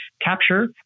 capture